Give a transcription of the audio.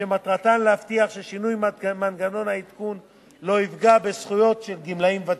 ומטרתן להבטיח ששינוי מנגנון העדכון לא יפגע בזכויות של גמלאים ותיקים,